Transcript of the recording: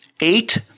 eight